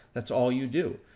that's all you do.